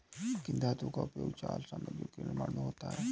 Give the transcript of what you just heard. किन धातुओं का उपयोग जाल सामग्रियों के निर्माण में होता है?